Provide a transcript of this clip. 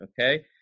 Okay